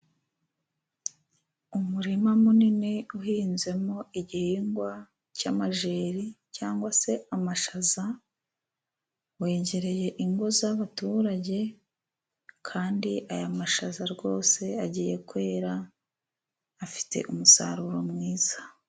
Umurima munini uhinzemo igihingwa cy'amajeri cyangwa se amashaza, wegerereye ingo z'abaturage kandi aya mashaza rwose agiye kwera afite umusaruro mwiza.